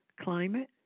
climate